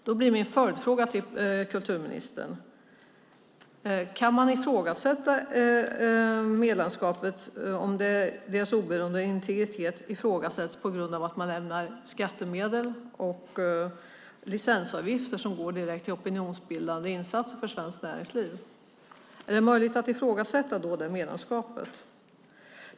Då blir min följdfråga till kulturministern: Kan man ifrågasätta medlemskapet om deras oberoende och integritet ifrågasätts på grund av att skattemedel och licensavgifter går direkt till opinionsbildande insatser för Svenskt Näringsliv? Är det då möjligt att ifrågasätta det medlemskapet?